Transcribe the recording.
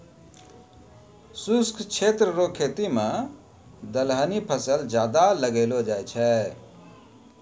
शुष्क क्षेत्र रो खेती मे दलहनी फसल ज्यादा लगैलो जाय छै